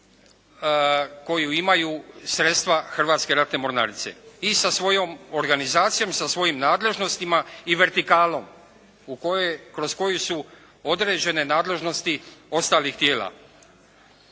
koju imaju sredstva Hrvatske ratne mornarice. I sa svojom organizacijom i sa svojim nadležnostima i vertikalom u kojoj, kroz koju su određene nadležnosti ostalih tijela